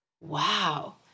Wow